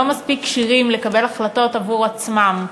מספיק כשירים לקבל החלטות עבור עצמם,